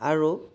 আৰু